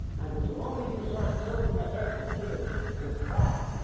and as long as you start filling the heads of kids with crap,